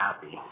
happy